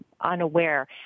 unaware